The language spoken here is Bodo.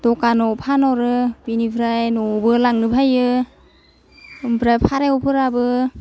दखानाव फानहरो बिनिफ्राय न'वावबो लांनो फैयो ओमफ्राय फारेवफोराबो